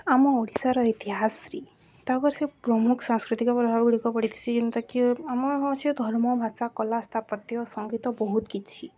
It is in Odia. ଆମ ଓଡ଼ିଶାର ଇତିହାସରେ ତାଙ୍କର ସେ ପ୍ରମୁଖ ସାଂସ୍କୃତିକ ପଭାବ ଗୁଡ଼ିକ ପଡ଼ିଛି ଯେନ୍ତାକି କି ଆମ ହେଉଛିି ଧର୍ମ ଭାଷା କଲା ସ୍ଥାପତ୍ୟ ସଙ୍ଗୀତ ବହୁତ କିଛି